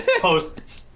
posts